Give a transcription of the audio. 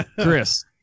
Chris